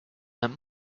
him